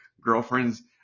girlfriends